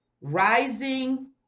rising